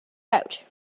out